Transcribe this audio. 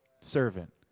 servant